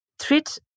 treat